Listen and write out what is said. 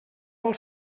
vol